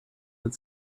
that